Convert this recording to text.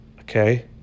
Okay